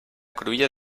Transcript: cruïlla